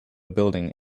building